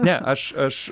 ne aš aš